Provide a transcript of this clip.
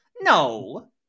no